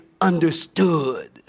understood